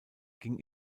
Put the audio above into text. ging